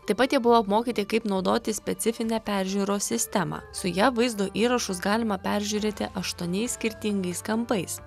taip pat jie buvo apmokyti kaip naudoti specifinę peržiūros sistemą su ja vaizdo įrašus galima peržiūrėti aštuoniais skirtingais kampais